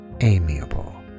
Amiable